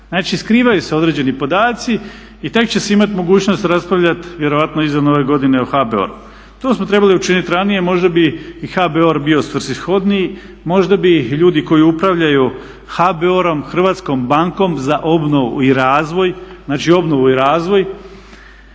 Znači skrivaju se određeni podaci i tek će se imati mogućnost raspravljati vjerojatno iza nove godine o HBOR-u. To smo trebali učiniti ranije, možda bi i HBOR bio svrsishodniji, možda bi ljudi koji upravljaju HBOR-om, Hrvatskom bankom za obnovu i razvoj, znači obnovu i razvoj